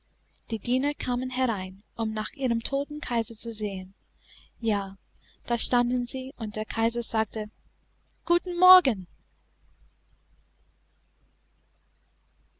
die diener kamen herein um nach ihrem toten kaiser zu sehen ja da standen sie und der kaiser sagte guten morgen